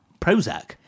Prozac